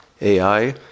AI